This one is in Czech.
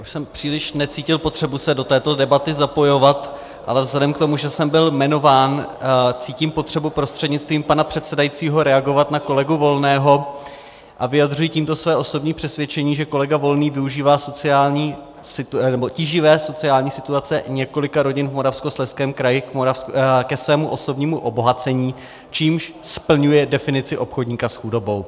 Já už jsem příliš necítil potřebu se do této debaty zapojovat, ale vzhledem k tomu, že jsem byl jmenován, cítím potřebu prostřednictvím pana předsedajícího reagovat na kolegu Volného a vyjadřuji tímto své osobní přesvědčení, že kolega Volný využívá tíživé sociální situace několika rodin v Moravskoslezském kraji ke svému osobnímu obohacení, čímž splňuje definici obchodníka s chudobou.